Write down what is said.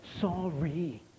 sorry